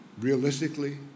realistically